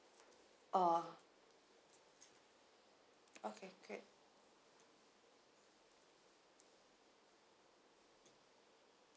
oh okay great